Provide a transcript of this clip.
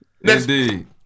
Indeed